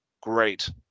Great